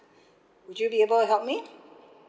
would you be able help me